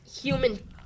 human